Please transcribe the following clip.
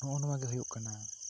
ᱱᱚᱜᱼᱚᱭ ᱱᱚᱣᱟ ᱜᱮ ᱦᱩᱭᱩᱜ ᱠᱟᱱᱟ